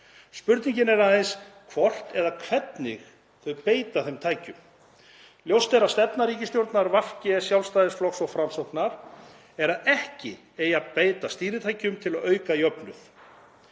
Spurningin er aðeins hvort eða hvernig þau beita þeim tækjum. Ljóst er að stefna ríkisstjórnar VG, Sjálfstæðisflokks og Framsóknar er að ekki eigi að beita stýritækjum til að auka jöfnuð.